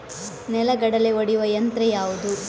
ನೆಲಗಡಲೆ ಒಡೆಯುವ ಯಂತ್ರ ಯಾವುದು?